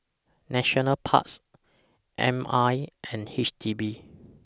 National Parks M I and H D B